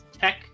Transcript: tech